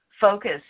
focus